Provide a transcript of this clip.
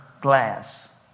glass